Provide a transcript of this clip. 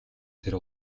тэр